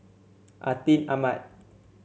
Atin Amat